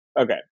Okay